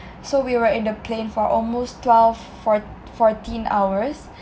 so we were in the plane for almost twelve four fourteen hours